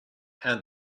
and